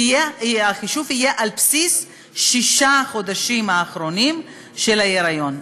החישוב יהיה על בסיס ששת חודשים האחרונים של ההיריון,